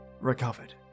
recovered